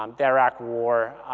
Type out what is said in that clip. um the iraq war,